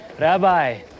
Rabbi